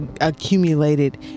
accumulated